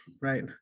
right